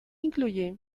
incluye